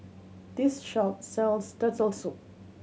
this shop sells Turtle Soup